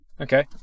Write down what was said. Okay